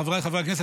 חבריי חברי הכנסת,